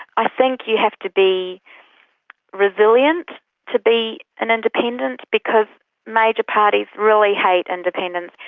i think you have to be resilient to be an independent, because major parties really hate independents.